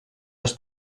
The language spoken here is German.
das